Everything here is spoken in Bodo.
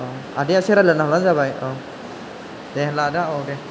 आदाया एसे रायलायना हरबानो जाबाय औ दे होनब्ला आदा औ दे